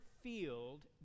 field